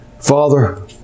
father